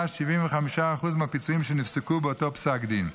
75% מהפיצויים שנפסקו באותו פסק דין.